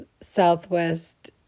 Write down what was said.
Southwest